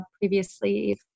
previously